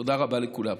תודה רבה לכולם.